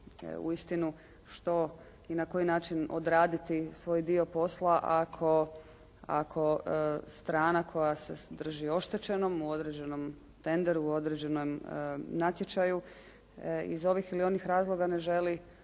uistinu što i na koji način odraditi svoj dio posla ako strana koja se drži oštećenom u određenom tenderu, u određenom natječaju iz ovih ili onih razloga ne želi zapravo